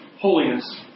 holiness